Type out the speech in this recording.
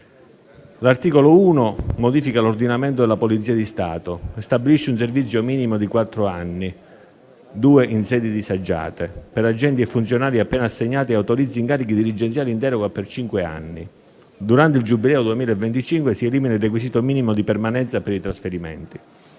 L'articolo 1 modifica l'ordinamento della Polizia di Stato. Stabilisce un servizio minimo di quattro anni (due in sedi disagiate) per agenti e funzionari appena assegnati e autorizza incarichi dirigenziali in deroga per cinque anni. Durante il Giubileo 2025 si elimina il requisito minimo di permanenza per i trasferimenti.